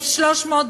1,300,